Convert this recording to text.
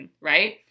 right